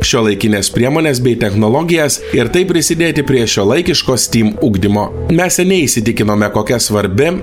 šiuolaikines priemones bei technologijas ir taip prisidėti prie šiuolaikiško stym ugdymo mes seniai įsitikinome kokia svarbi